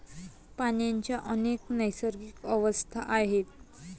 पाण्याच्या अनेक नैसर्गिक अवस्था आहेत